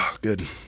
Good